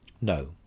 no